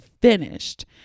finished